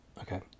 Okay